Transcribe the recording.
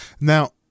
Now